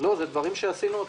לא, אלה דברים שעשינו.